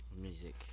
music